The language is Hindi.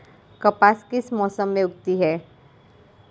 कपास किस मौसम में उगती है?